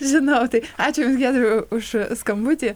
žinau tai ačiū jums giedriau už skambutį